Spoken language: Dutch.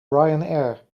ryanair